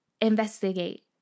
investigate